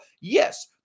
Yes